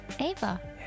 Ava